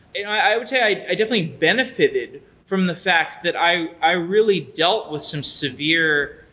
and i i would say i i definitely benefited from the fact that i i really dealt with some severe,